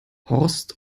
horst